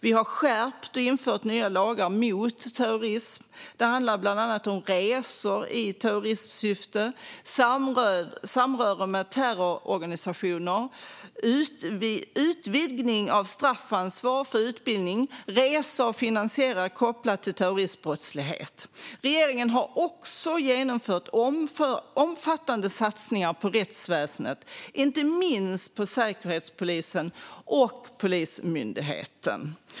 Vi har både skärpt lagar och infört nya mot terrorism. Det handlar bland annat om resor i terrorismsyfte, samröre med terrororganisationer, utvidgning av straffansvar för utbildning och resor och finansiering kopplat till terroristbrottslighet. Regeringen har också gjort omfattande satsningar på rättsväsendet, inte minst på Säkerhetspolisen och Polismyndigheten.